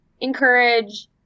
encourage